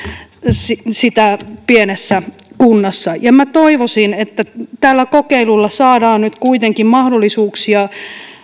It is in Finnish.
sitä pienessä kunnassa ja minä toivoisin että tällä kokeilulla saadaan nyt kuitenkin mahdollisuuksia